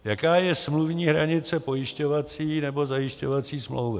Jaká je smluvní hranice pojišťovací nebo zajišťovací smlouvy?